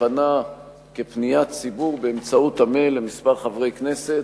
שפנה בפניית ציבור באמצעות המייל לכמה חברי כנסת,